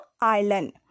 island